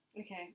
Okay